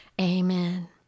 amen